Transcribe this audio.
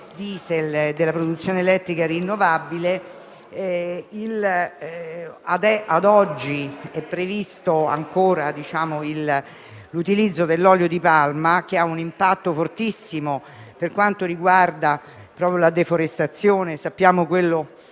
diesel e dalla produzione elettrica rinnovabile, ad oggi è ancora previsto l'utilizzo dell'olio di palma, che ha un impatto fortissimo (per quanto riguarda la deforestazione sappiamo quello